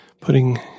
putting